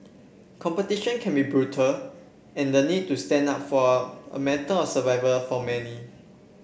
competition can be brutal and the need to stand out for a matter of survival for many